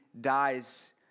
dies